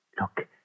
Look